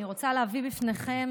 אני רוצה להביא בפניכם,